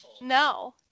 No